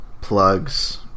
plugs